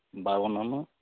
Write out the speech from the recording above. బాగున్నాను